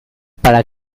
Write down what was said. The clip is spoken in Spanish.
para